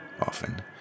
often